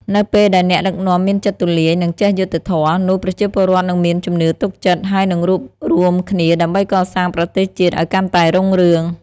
នៅពេលដែលអ្នកដឹកនាំមានចិត្តទូលាយ និងចេះយុត្តិធម៌ នោះប្រជាពលរដ្ឋនឹងមានជំនឿទុកចិត្ត ហើយនឹងរួបរួមគ្នាដើម្បីកសាងប្រទេសជាតិឱ្យកាន់តែរុងរឿង។